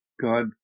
God